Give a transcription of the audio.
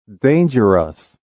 dangerous